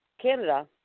Canada